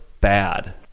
bad